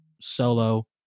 solo